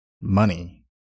money